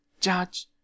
Judge